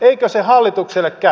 eikö se hallitukselle käy